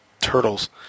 Turtles